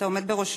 שאתה עומד בראשו,